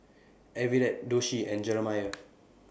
Everett Doshie and Jeramie